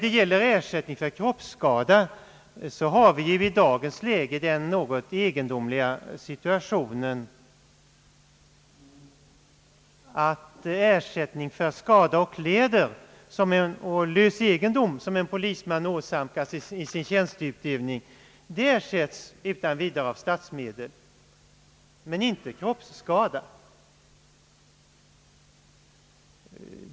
Beträffande ersättning för kroppsskada har vi den i dagens läge något egendomliga situationen, att skada på kläder och annan lös egendom, som en polisman åsamkas i sin tjänsteutövning, utan vidare ersätts av statsmedel — men inte kroppsskada.